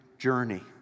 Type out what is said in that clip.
Journey